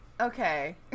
okay